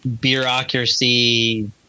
bureaucracy